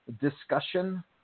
discussion